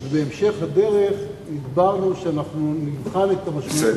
בהמשך הדרך דיברנו שאנחנו נבחן את המשמעות.